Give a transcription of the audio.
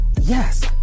yes